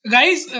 Guys